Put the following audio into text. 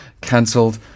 cancelled